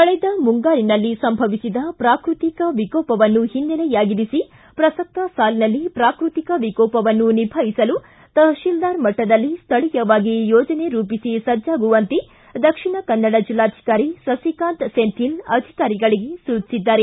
ಕಳೆದ ಮುಂಗಾರಿನಲ್ಲಿ ಸಂಭವಿಸಿದ ಪ್ರಾಕೃತಿಕ ವಿಕೋಪವನ್ನು ಹಿನ್ನೆಲೆಯಾಗಿರಿಸಿ ಪ್ರಸಕ್ತ ಸಾಲಿನಲ್ಲಿ ಪ್ರಾಕೃತಿಕ ವಿಕೋಪವನ್ನು ನಿಭಾಯಿಸಲು ತಹಸೀಲ್ದಾರ್ ಮಟ್ಟದಲ್ಲಿ ಸ್ಥಳೀಯವಾಗಿ ಯೋಜನೆ ರೂಪಿಸಿ ಸಜ್ಜಾಗುವಂತೆ ದಕ್ಷಿಣ ಕನ್ನಡ ಜೆಲ್ಲಾಧಿಕಾರಿ ಸಿಕಾಂತ್ ಸೆಂಥಿಲ್ ಅಧಿಕಾರಿಗಳಿಗೆ ಸೂಚಿಸಿದ್ದಾರೆ